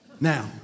Now